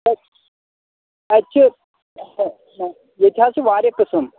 اَتہِ چھِ ییٚتہِ حظ چھِ واریاہ قٕسٕم